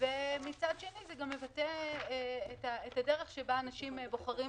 ומצד שני זה גם מבטא את הדרך שבה אנשים בוחרים